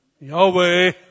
Yahweh